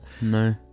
No